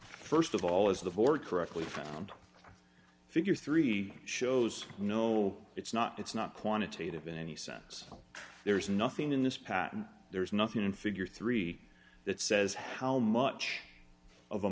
first of all is the board correctly found figure three shows no it's not it's not quantitative in any sense there is nothing in this patent there's nothing in figure three that says how much of a